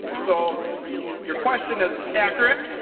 so your question is accurate.